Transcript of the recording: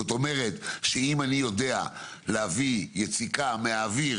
זאת אומרת שאם אני יודע להביא יציקה מהאוויר